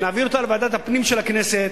נעביר אותה לוועדת הפנים של הכנסת